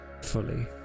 fully